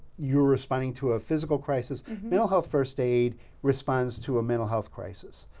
you're responding to a physical crisis, mental health first aid responds to a mental health crisis.